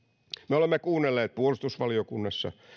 me olemme kuunnelleet puolustusvaliokunnassa